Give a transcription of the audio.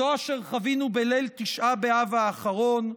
זו אשר חווינו בליל תשעה באב האחרון,